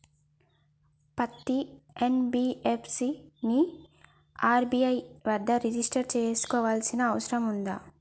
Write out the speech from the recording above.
పత్తి ఎన్.బి.ఎఫ్.సి ని ఆర్.బి.ఐ వద్ద రిజిష్టర్ చేసుకోవాల్సిన అవసరం ఉందా?